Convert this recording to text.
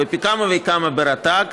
ופי כמה וכמה ברט"ג,